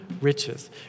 riches